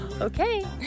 Okay